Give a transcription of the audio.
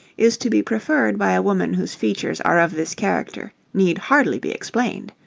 is to be preferred by a woman whose features are of this character need hardly be explained.